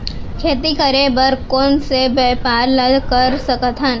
खेती करे बर कोन से व्यापार ला कर सकथन?